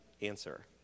answer